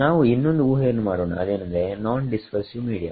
ನಾವು ಇನ್ನೊಂದು ಊಹೆಯನ್ನು ಮಾಡೋಣ ಅದೇನೆಂದರೆ ನಾನ್ ಡಿಸ್ಪರ್ಸಿವ್ ಮೀಡಿಯ